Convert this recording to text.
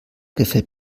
gefällt